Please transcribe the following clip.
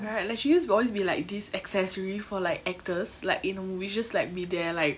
right like she used to always be like this accessory for like actors like in movies just like be there like